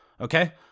okay